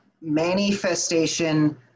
manifestation